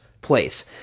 place